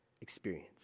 experience